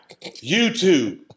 YouTube